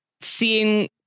seeing